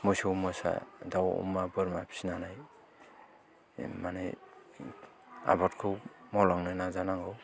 मोसौ मोसा दाव अमा बोरमा फिनानै माने आबादखौ मावलांनो नाजानांगौ